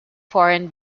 foreign